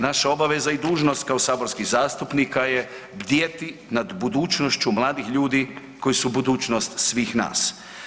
Naša je obaveza i dužnost kao saborskih zastupnika je bdjeti nad budućnošću mladih ljudi koji su budućnost svih nas.